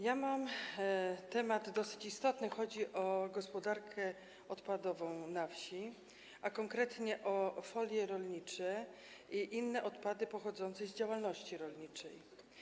Ja mam dosyć istotne pytanie, chodzi o gospodarkę odpadową na wsi, a konkretnie o folie rolnicze i inne odpady pochodzące z działalności rolniczej.